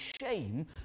shame